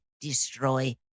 destroy